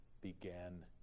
began